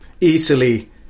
easily